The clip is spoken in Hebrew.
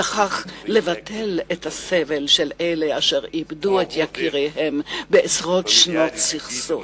וכך לבטל את הסבל של אלה אשר איבדו את יקיריהם בעשרות שנות סכסוך.